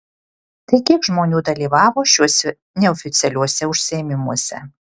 tai kiek žmonių dalyvavo šiuose neoficialiuose užsiėmimuose